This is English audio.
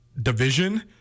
division